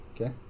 Okay